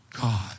God